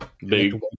Big